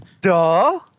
Duh